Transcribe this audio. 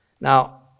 Now